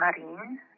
Marine